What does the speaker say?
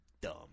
dumb